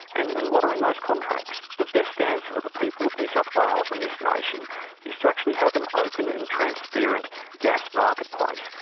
and and what are in those contracts? the best answer for the people of new south wales and this nation is to actually have an open and transparent gas marketplace.